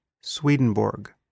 Swedenborg